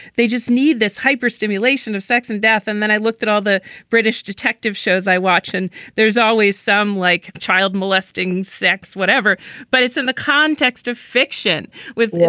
they just need this hyper stimulation of sex and death. and then i looked at all the british detective shows i watch and there's always some like child molesting, sex, whatever but it's in the context of fiction with,